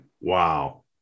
Wow